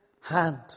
hand